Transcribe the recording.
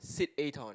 sit-a-ton